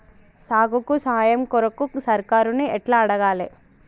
సాగుకు సాయం కొరకు సర్కారుని ఎట్ల అడగాలే?